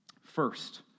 First